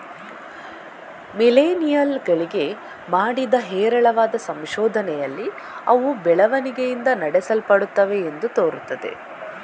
millennial ಗಳಿಗೆ ಮಾಡಿದ ಹೇರಳವಾದ ಸಂಶೋಧನೆಯಲ್ಲಿ ಅವು ಬೆಳವಣಿಗೆಯಿಂದ ನಡೆಸಲ್ಪಡುತ್ತವೆ ಎಂದು ತೋರುತ್ತದೆ